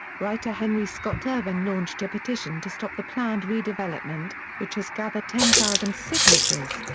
writer henry scott-irvine launched a petition to stop the planned redevelopment, which has gathered ten thousand signatures.